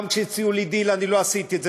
גם כשהציעו לי דיל אני לא עשיתי את זה,